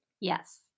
Yes